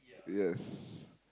yes